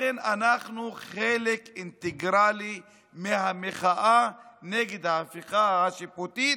לכן אנחנו חלק אינטגרלי מהמחאה נגד ההפיכה השיפוטית,